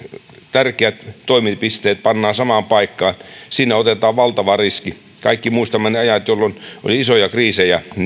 tärkeät toimipisteet pannaan samaan paikkaan siinä otetaan valtava riski kaikki muistamme ne ajat jolloin oli isoja kriisejä